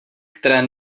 které